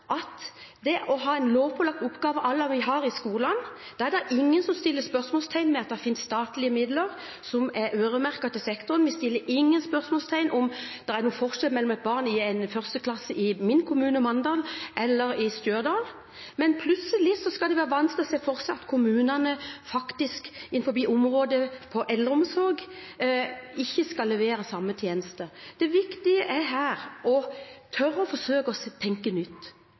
at vi bør ha en lovpålagt oppgave à la det vi har i skolen. Det er ingen som setter spørsmålstegn ved at det finnes statlige midler som er øremerket sektoren – vi stiller ingen spørsmål om det er forskjell mellom et barn i en førsteklasse i min kommune, Mandal, og i Stjørdal. Men plutselig skal det være vanskelig å se for seg at kommunene på området eldreomsorg ikke skal levere samme tjeneste. Det viktige er her å tørre å forsøke å tenke nytt.